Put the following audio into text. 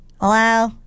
Hello